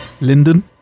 linden